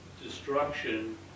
destruction